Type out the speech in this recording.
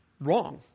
wrong